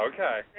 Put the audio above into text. Okay